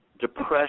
Depression